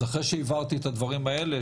אז אחרי שהבהרתי את הדברים האלה,